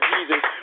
Jesus